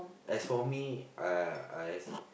as for me I I